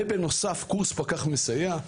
ובנוסף קורס פקח מסייע,